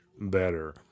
better